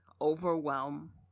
overwhelm